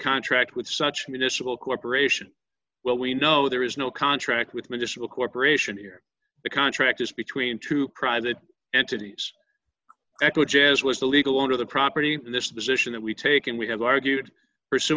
contract with such municipal corporation well we know there is no contract with mistral corporation here the contract is between two private entities eco jazz was the legal owner of the property in this position that we take and we have argued pursu